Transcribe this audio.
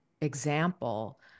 example